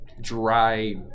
dry